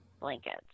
blankets